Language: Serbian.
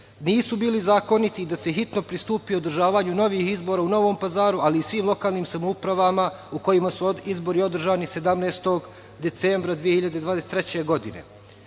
nisu bili zakoniti i da se hitno pristupi održavanju novih izbora u Novom Pazaru, ali i svim lokalnim samoupravama u kojima su izbori održani 17. decembra 2023. godine. Stranka